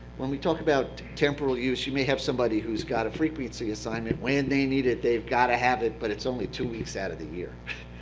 when we talk about temporal use, you may have somebody who has got a frequency assignment. when they need it, they've got to have it, but it's only two weeks out of the year.